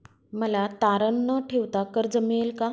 मला तारण न ठेवता कर्ज मिळेल का?